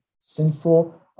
sinful